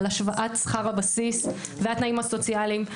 על השוואת שכר הבסיס והתנאים הסוציאליים.